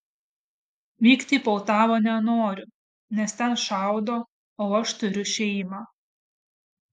vykti į poltavą nenoriu nes ten šaudo o aš turiu šeimą